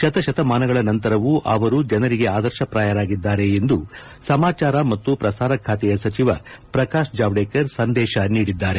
ಶತಶತಮಾನಗಳ ನಂತರವೂ ಅವರು ಜನರಿಗೆ ಆದರ್ಶಪ್ರಾಯರಾಗಿದ್ದಾರೆ ಎಂದು ಸಮಾಚಾರ ಮತ್ತು ಪ್ರಸಾರ ಖಾತೆಯ ಸಚಿವ ಪ್ರಕಾಶ್ ಜಾವಡೇಕರ್ ಸಂದೇಶ ನೀಡಿದ್ದಾರೆ